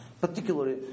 particularly